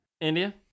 India